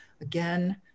again